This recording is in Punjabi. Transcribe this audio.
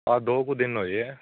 ਆ ਦੋ ਕੁ ਦਿਨ ਹੋਏ ਹੈ